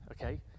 Okay